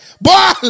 Boy